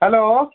hello